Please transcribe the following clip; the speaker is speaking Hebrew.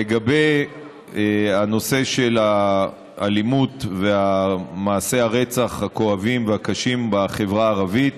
לגבי הנושא של האלימות ומעשי הרצח הכואבים והקשים בחברה הערבית,